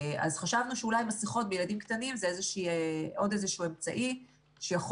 אז חשבנו שאולי מסכות בילדים קטנים זה עוד איזשהו אמצעי שיכול